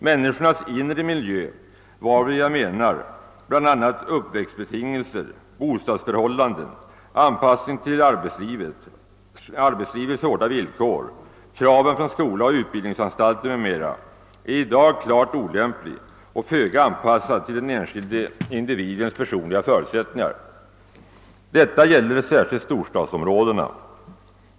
Människornas inre miljö — varvid jag menar bl.a. uppväxtbetingelser, bostadsförhål landen, anpassning till arbetslivets hårda villkor, kraven från skola och utbildningsanstalter m.m. — är i dag klart olämplig och föga anpassad till den enskilde individens personliga förutsättningar. Detta gäller särskilt storstadsområdena.